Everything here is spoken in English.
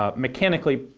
ah mechanically,